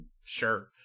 sure